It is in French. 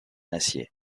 acier